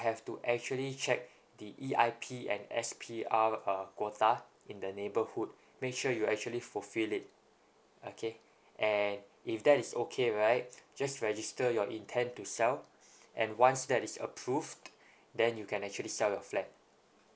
have to actually check the E_I_P and S_P_R err quota in the neighbourhood make sure you actually fulfil it okay and if that is okay right just register your intent to sell and once that is approved then you can actually sell your flat